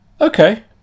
Okay